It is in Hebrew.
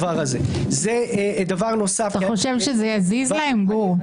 אתה חושב שזה יזיז להם, גור?